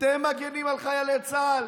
מגינים על חיילי צה"ל?